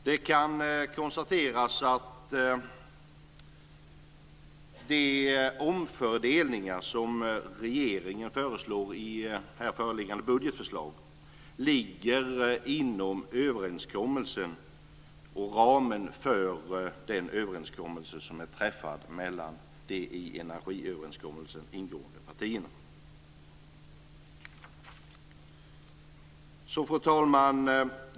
Det kan konstateras att de omfördelningar som regeringen föreslår i här föreliggande budgetförslag ligger inom överenskommelsen och ramen för den överenskommelse som är träffad mellan de i energiöverenskommelsen ingående partierna. Fru talman!